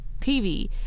TV